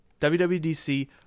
WWDC